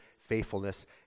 faithfulness